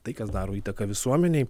tai kas daro įtaką visuomenei